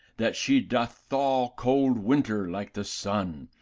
that she doth thaw cold winter like the sun,